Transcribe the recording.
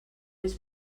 més